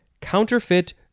counterfeit